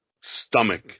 stomach